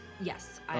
Yes